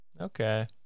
Okay